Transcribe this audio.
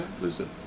Listen